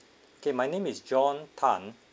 okay my name is john tan